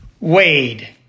Wade